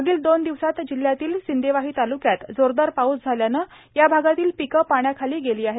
मागील दोन दिवसात जिल्ह्यातील सिंदेवाही तालुक्यात जोरदार पाऊस झाल्याने या भागातील पिके पाण्याखाली गेली आहेत